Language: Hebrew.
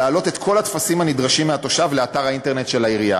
להעלות את כל הטפסים הנדרשים מהתושב לאתר האינטרנט של העירייה